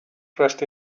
dressed